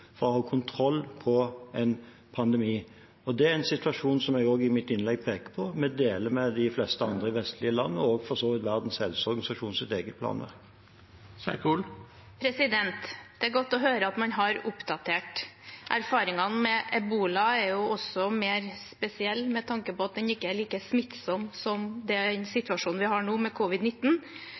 for å ha kontroll på en pandemi. Det er en situasjon som jeg også i mitt innlegg peker på, og som vi deler med de fleste andre vestlige land, og for så vidt også Verdens helseorganisasjons eget planverk. Det er godt å høre at man har oppdatert. Erfaringene med ebola er jo også mer spesielle med tanke på at den ikke er like smittsom som den situasjonen vi har nå med